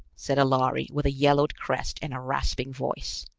said a lhari with a yellowed crest and a rasping voice.